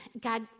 God